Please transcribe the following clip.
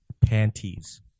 panties